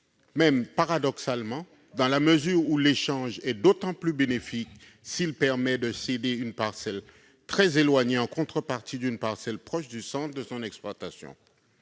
justifiable dans la mesure où l'échange est d'autant plus bénéfique qu'il permet de céder une parcelle très éloignée en contrepartie d'une parcelle proche du centre de l'exploitation.